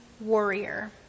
warrior